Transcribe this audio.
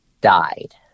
died